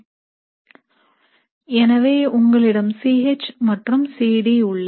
எனவே உங்களிடம் C H மற்றும் C D உள்ளது